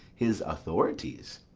his authorities.